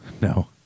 No